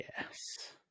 yes